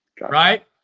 right